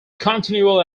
continually